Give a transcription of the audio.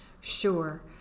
Sure